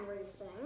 racing